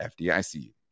FDIC